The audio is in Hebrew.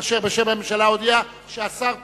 אשר בשם הממשלה הודיע שהממשלה תומכת.